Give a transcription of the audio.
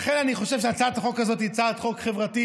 לכן, אני חושב שהצעת החוק היא הצעת חוק חברתית,